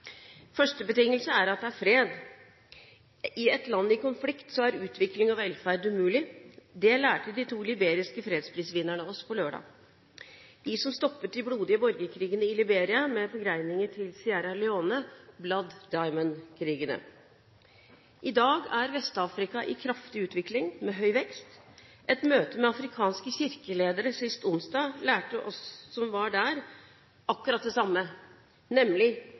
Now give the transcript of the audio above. Første betingelse er at det er fred. I et land i konflikt er utvikling og velferd umulig; det lærte de to liberiske fredsprisvinnerne oss på lørdag – de som stoppet de blodige borgerkrigene i Liberia, med forgreninger til Sierra Leone, «blood diamond»-krigene. I dag er Vest-Afrika i kraftig utvikling, med høy vekst. Et møte med afrikanske kirkeledere sist onsdag lærte oss som var der, akkurat det samme, nemlig